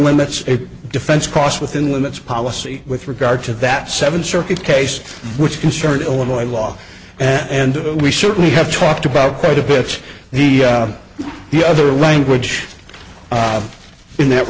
limits defense cross within limits policy with regard to that seven circuit case which concerned illinois law and we certainly have talked about quite a bitch the the other language in that